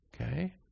okay